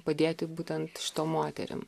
padėti būtent šitom moterim